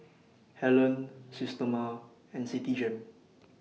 Helen Systema and Citigem